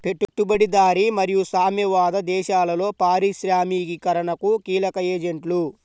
పెట్టుబడిదారీ మరియు సామ్యవాద దేశాలలో పారిశ్రామికీకరణకు కీలక ఏజెంట్లు